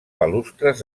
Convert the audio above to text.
balustres